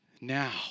now